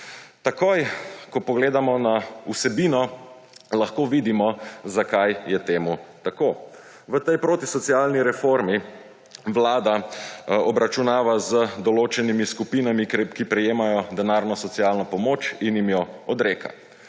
Takoj, ko pogledamo na vsebino, lahko vidimo, zakaj je temu tako. V tej protisocialni reformi vlada obračunava z določenimi skupinami, ki prejemajo denarno socialno pomoč, in jim jo odreka.